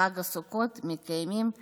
בחג הסוכות מקיימים את